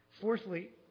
Fourthly